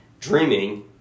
dreaming